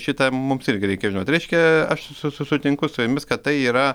šitą mums irgi reikia žinot reiškia aš su su sutinku su jumis kad tai yra